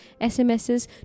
SMSs